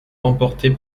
remporté